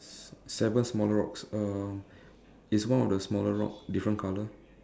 seven smaller rocks um is one of the smaller rocks different colour